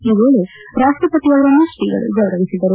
ಈ ವೇಳೆ ರಾಷ್ಪಪತಿಯವರನ್ನು ತ್ರೀಗಳು ಗೌರವಿಸಿದರು